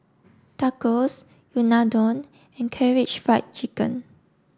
Tacos Unadon and Karaage Fried Chicken